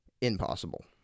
impossible